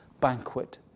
banquet